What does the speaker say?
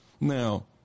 Now